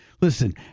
Listen